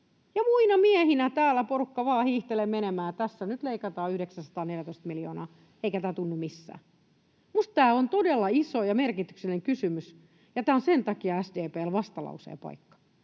ja muina miehinä täällä porukka vaan hiihtelee menemään tässä. Nyt leikataan 914 miljoonaa, eikä tämä tunnu missään. Minusta tämä on todella iso ja merkityksellinen kysymys, ja tässä on sen takia SDP:llä vastalauseen paikka.